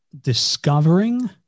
discovering